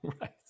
Right